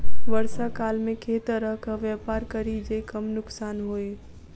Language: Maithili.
वर्षा काल मे केँ तरहक व्यापार करि जे कम नुकसान होइ?